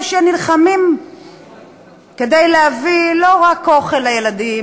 שנלחמים כדי להביא לא רק אוכל לילדים,